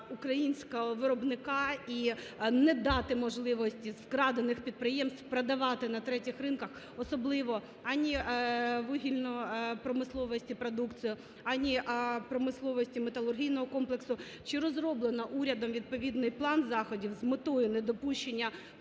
українського виробника і не дати можливості з вкрадених підприємств продавати на третіх ринках, особливо ані вугільної промисловості продукцію, ані промисловості металургійного комплексу. Чи розроблено урядом відповідний план заходів з метою недопущення